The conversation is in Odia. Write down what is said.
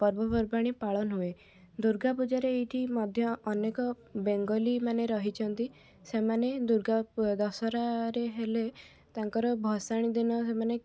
ପର୍ବପର୍ବାଣୀ ପାଳନ ହୁଏ ଦୁର୍ଗା ପୂଜାରେ ଏଇଠି ମଧ୍ୟ ଅନେକ ବେଙ୍ଗଲୀମାନେ ରହିଛନ୍ତି ସେମାନେ ଦୁର୍ଗା ପୁ ଦଶହରାରେ ହେଲେ ତାଙ୍କର ଭସାଣିଦିନ ସେମାନେ